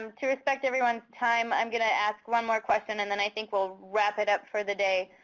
um to respect everyone's time, i'm going to ask one more question, and then i think we'll wrap it up for the day.